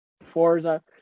Forza